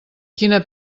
quina